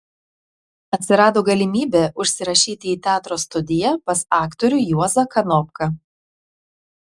atsirado galimybė užsirašyti į teatro studiją pas aktorių juozą kanopką